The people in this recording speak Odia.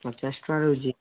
ପଚାଶ ଟଙ୍କା ରହୁଛି